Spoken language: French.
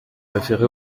référer